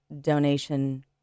donation